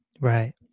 Right